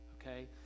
Okay